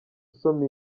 usoma